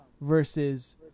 versus